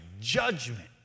judgment